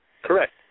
Correct